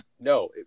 No